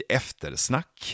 eftersnack